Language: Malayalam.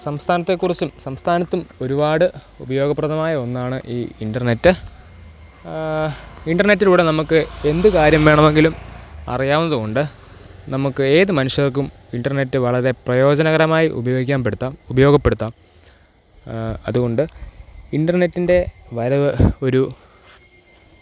സംസ്ഥാനത്തെക്കുറിച്ചും സംസ്ഥാനത്തിത്തും ഒരുപാട് ഉപയോഗപ്രദമായ ഒന്നാണ് ഈ ഇൻ്റർനെറ്റ് ഇൻ്റർനെറ്റിലൂടേ നമുക്ക് എന്തു കാര്യം വേണമെങ്കിലും അറിയാവുന്നതുകൊണ്ട് നമുക്ക് ഏതു മനുഷ്യർക്കും ഇൻ്റർനെറ്റ് വളരെ പ്രയോജനകരമായി ഉപയോഗിക്കാൻ പെടുത്താം ഉപയോഗപ്പെടുത്താം അതുകൊണ്ട് ഇൻ്റർനെറ്റിൻ്റെ വരവ് ഒരു